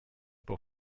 pour